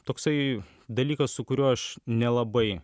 toksai dalykas su kuriuo aš nelabai